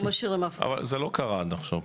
אבל זה לא קרה עד עכשיו,